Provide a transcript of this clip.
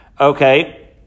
Okay